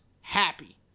happy